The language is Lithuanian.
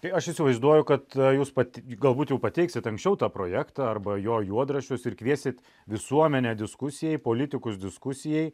tai aš įsivaizduoju kad jūs pat galbūt jau pateiksit anksčiau tą projektą arba jo juodraščius ir kviesit visuomenę diskusijai politikus diskusijai